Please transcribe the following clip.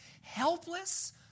Helpless